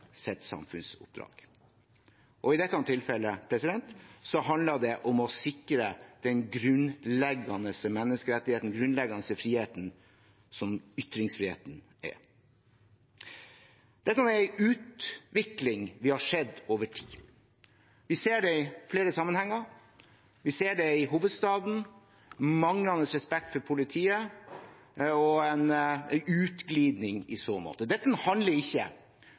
sitt samfunnsoppdrag. I dette tilfellet handlet det om å sikre den grunnleggende menneskerettigheten og den grunnleggende friheten som ytringsfriheten er. Dette er en utvikling vi har sett over tid. Vi ser det i flere sammenhenger, vi ser det i hovedstaden: manglende respekt for politiet og en utglidning i så måte. Og som saksordføreren, representanten Bøhler, helt riktig påpeker, dette handler ikke